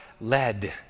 led